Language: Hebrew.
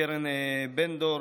קרן בן-דור,